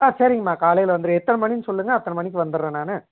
சரிங்கமா காலையில் வந்துடுறேன் எத்தனை மணின்னு சொல்லுங்க அத்தனை மணிக்கு வந்துடுறேன் நான்